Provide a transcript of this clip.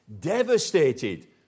devastated